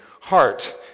heart